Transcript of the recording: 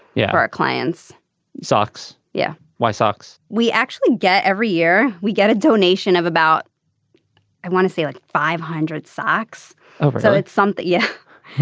yeah. our clients socks. yeah. why socks. we actually get every year we get a donation of about i want to say like five hundred socks over so it's something. yeah